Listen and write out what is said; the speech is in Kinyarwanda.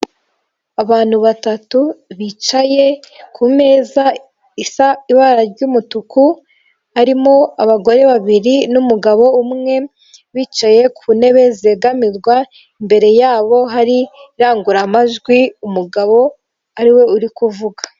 Abantu batatu bicaye ku meza isa ibara ry'umutuku. Harimo abagore babiri n'umugabo umwe bicaye ku ntebe zegamirwa, imbere yabo hari indangururamajwi umugabo ariwe uri kuvuga.